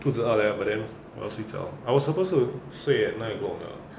肚子饿勒 but then 我要睡觉 I was supposed to 睡 at nine o'clock 的